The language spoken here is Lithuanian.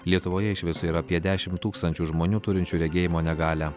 lietuvoje iš viso yra apie dešim tūkstančių žmonių turinčių regėjimo negalią